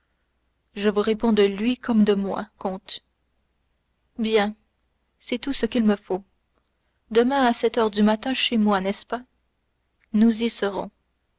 je vous reponds de lui comme de moi comte bien c'est tout ce qu'il me faut demain à sept heures du matin chez moi n'est-ce pas nous y serons